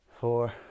four